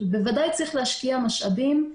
שבוודאי צריך להשקיע משאבים.